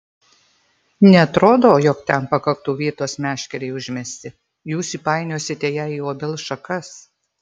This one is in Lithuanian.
neatrodo jog ten pakaktų vietos meškerei užmesti jūs įpainiosite ją į obels šakas